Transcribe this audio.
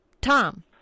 Tom